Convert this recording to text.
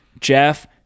Jeff